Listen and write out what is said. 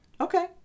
Okay